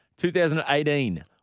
2018